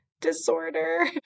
disorder